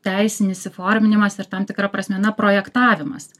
teisinis įforminimas ir tam tikra prasme na projektavimas